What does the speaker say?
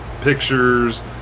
pictures